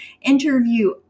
interview